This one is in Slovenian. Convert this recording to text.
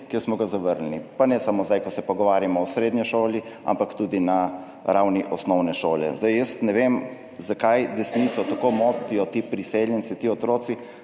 kjer smo ga zavrnili. Pa ne samo zdaj, ko se pogovarjamo o srednji šoli, ampak tudi na ravni osnovne šole. Ne vem, zakaj desnico tako motijo ti priseljenci, ti otroci.